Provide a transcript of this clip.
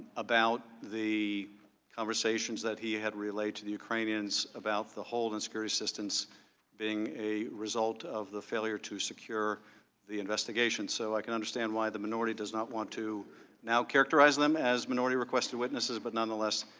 about the conversations that he had relayed to the ukrainians about the hold and security assistance being a result of the failure to secure the investigation. so i can understand why the minority does not want to characterize them as minority requests were witnesses but nonetheless,